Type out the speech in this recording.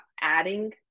adding